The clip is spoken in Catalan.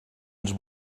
ens